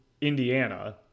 Indiana